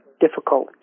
difficult